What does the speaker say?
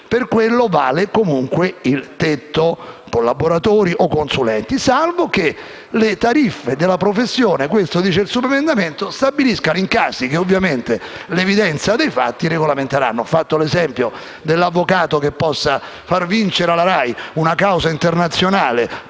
Per quello vale comunque il tetto stabilito per i collaboratori e i consulenti, salvo che le tariffe della professione - questo dice il subemendamento - stabiliscano i casi che ovviamente l'evidenza dei fatti regolamenterà. Ho fatto l'esempio dell'avvocato che fa vincere alla RAI una causa internazionale